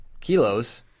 kilos